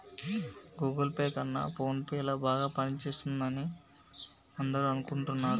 Google Pay కన్నా PhonePe ల బాగా పనిచేస్తుందని అందరూ అనుకుంటున్నారు